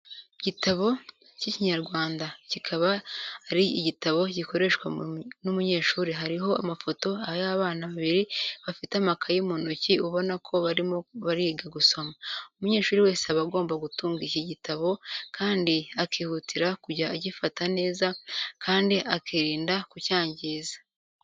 Igitabo cy'Ikinyarwanda, kikaba ari igitabo gikoreshwa n'umunyeshuri, hariho amafoto y'abana babiri bafite amakaye mu ntoki ubona ko barimo bariga gusoma. Umunyeshuri wese aba agomba gutunga iki gitabo kandi akihutira kujya agifata neza kandi akirinda kucyangiza.